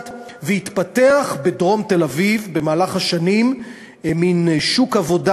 והתפתח בדרום תל-אביב במהלך השנים מין שוק עבודה